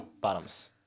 Bottoms